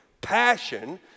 passion